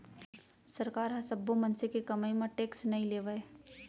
सरकार ह सब्बो मनसे के कमई म टेक्स नइ लेवय